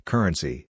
Currency